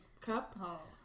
cup